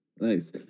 Nice